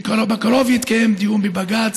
בקרוב יתקיים דיון בבג"ץ,